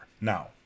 Now